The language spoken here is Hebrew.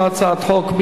לא הצעת חוק.